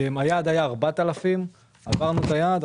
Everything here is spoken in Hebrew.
היעד היה 4,000. אמנם עברנו את היעד,